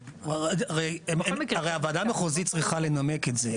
הרי, הוועדה המחוזית צריכה לנמק את זה.